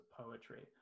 poetry